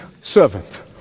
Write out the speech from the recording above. servant